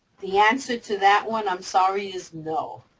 the answer to that one, i'm sorry, is no.